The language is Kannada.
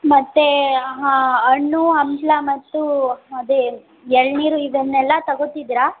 ಮತ್ತೆ ಹಣ್ಣು ಹಂಪ್ಲ ಮತ್ತು ಅದೇ ಎಳನೀರು ಇದನ್ನೆಲ್ಲ ತಗೋತಿದೀರಾ